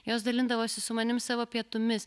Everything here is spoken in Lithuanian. jos dalindavosi su manim savo pietumis